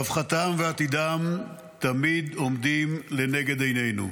רווחתם ועתידם תמיד עומדים לנגד עינינו.